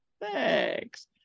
thanks